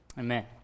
Amen